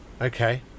okay